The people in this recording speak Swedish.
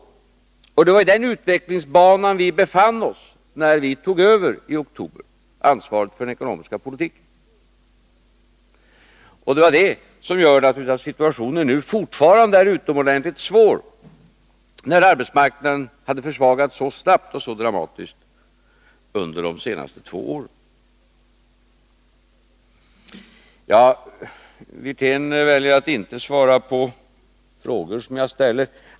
Det var i denna utvecklingsbana vi befann oss när vi i oktober övertog ansvaret för den ekonomiska politiken. Och det är naturligtvis detta som gör att situationen fortfarande är utomordentligt svår — att arbetsmarknaden hade försvagats så snabbt och så dramatiskt under de senaste två åren. Herr Wirtén väljer att inte svara på frågor som jag ställer.